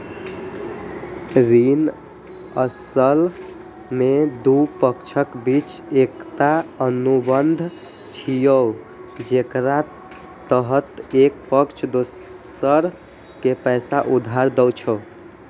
ऋण असल मे दू पक्षक बीच एकटा अनुबंध छियै, जेकरा तहत एक पक्ष दोसर कें पैसा उधार दै छै